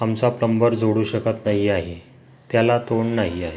आमचा प्लंबर जोडू शकत नाही आहे त्याला तोंड नाही आहे